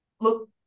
Look